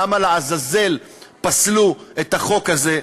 למה לעזאזל פסלו את החוק הזה.